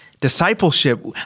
discipleship